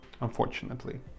unfortunately